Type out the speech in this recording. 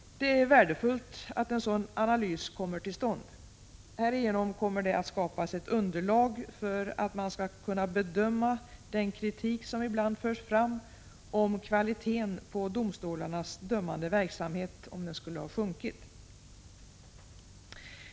Det är värdefullt att en sådan analys kommer till stånd. Härigenom kommer det att skapas ett underlag för att man skall kunna bedöma den kritik som ibland förs fram om att kvaliteten på domstolarnas dömande verksamhet skulle ha sjunkit.